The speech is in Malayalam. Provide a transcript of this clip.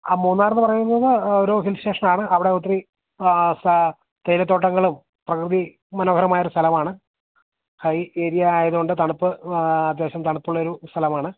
ആ മൂന്നാർ എന്നു പറയുന്നത് ഒരു ഹിൽ സ്റ്റേഷനാണ് അവിടെ ഒത്തിരി സ തേയിലത്തോട്ടങ്ങളും പ്രകൃതി മനോഹരമായ ഒരു സ്ഥലമാണ് ഹൈ ഏരിയ ആയതുകൊണ്ട് തണുപ്പ് അത്യാവശ്യം തണുപ്പുള്ളൊരു സ്ഥലമാണ്